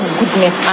goodness